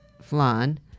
flan